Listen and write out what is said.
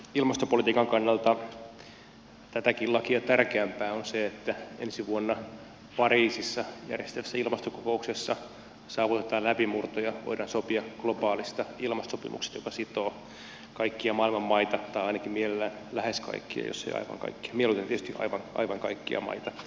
ilmastopolitiikan kannalta tätäkin lakia tärkeämpää on se että ensi vuonna pariisissa järjestettävässä ilmastokokouksessa saavutetaan läpimurto ja voidaan sopia globaalista ilmastosopimuksesta joka sitoo kaikkia maailman maita tai ainakin mielellään lähes kaikkia jos ei aivan kaikkia mieluiten tietysti aivan kaikkia maita